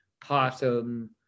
possum